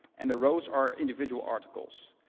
and the rows are individual articles.